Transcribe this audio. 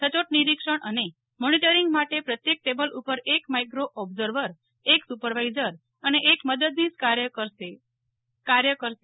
સચોટ નિરિક્ષણ અને મોનિટરિંગ માટે પ્રત્યેક ટેબલ ઉપર એક માઇક્રી ઓબ્ઝર્વર્વર એક સુપરવાઇઝર અને એક મદદનીશ કાર્ય કરશે